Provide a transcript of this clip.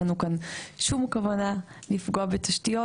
אין לנו כאן שום כוונה לפגוע בתשתיות.